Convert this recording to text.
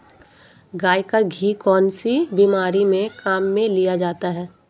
गाय का घी कौनसी बीमारी में काम में लिया जाता है?